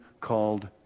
called